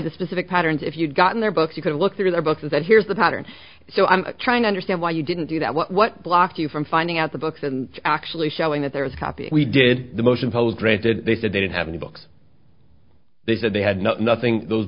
the specific patterns if you'd gotten their books you could look through their books and here's the pattern so i'm trying to understand why you didn't do that what block you from finding out the books and actually showing that there was a copy we did the motion posed granted they said they didn't have any books they said they had no nothing those